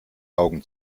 augen